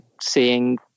seeing